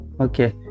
okay